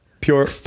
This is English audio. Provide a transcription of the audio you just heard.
Pure